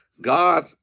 God